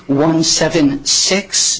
one seven six